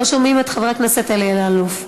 לא שומעים את חבר הכנסת אלי אלאלוף.